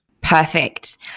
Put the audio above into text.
Perfect